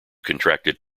contracted